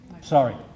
Sorry